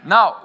Now